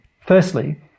Firstly